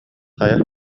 хайа